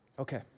okay